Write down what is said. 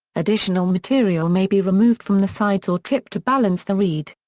additional material may be removed from the sides or tip to balance the reed.